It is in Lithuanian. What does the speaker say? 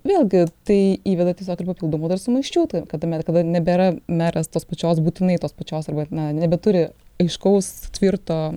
vėlgi tai įveda tiesiog ir papildomų dar sumaiščių kad nebėra meras tos pačios būtinai tos pačios arba na nebeturi aiškaus tvirto